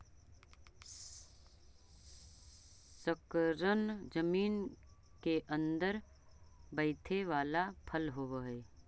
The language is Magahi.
शकरकन जमीन केअंदर बईथे बला फल होब हई